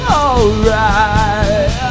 alright